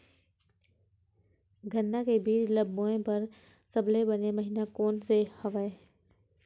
गन्ना के बीज ल बोय बर सबले बने महिना कोन से हवय?